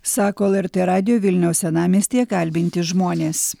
sako lrt radijo vilniaus senamiestyje kalbinti žmonės